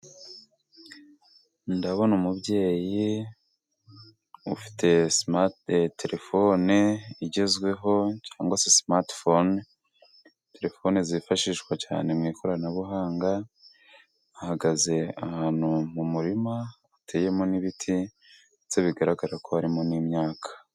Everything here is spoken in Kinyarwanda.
Ndabona umubyeyi ufite telefone igezweho, cyangwa se simati fone, telefoni zifashishwa cyane mu ikoranabuhanga, ahagaze ahantu mu murima hateyemo n'ibit,i ndetse bigaragara ko harimo n'imyaka.